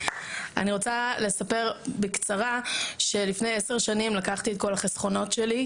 רוצה לספר בקצרה שלפני עשר שנים לקחתי את כל החסכונות שלי,